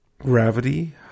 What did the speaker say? gravity